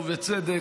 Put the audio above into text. ובצדק,